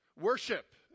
worship